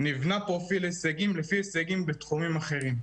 שנבנה פה לפי הישגים בתחומים אחרים.